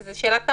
זאת שאלת תם.